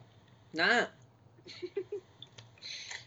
nak